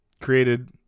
created